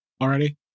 already